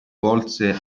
volse